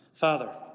Father